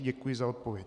Děkuji za odpověď.